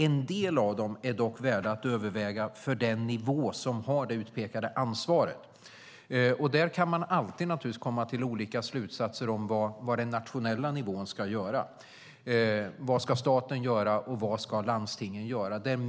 En del av dem är dock värda att överväga för den nivå som har det utpekade ansvaret. Där kan man naturligtvis alltid komma till olika slutsatser om vad den nationella nivån ska göra. Vad ska staten göra och vad ska landstingen göra?